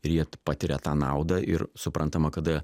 ir jie patiria tą naudą ir suprantama kada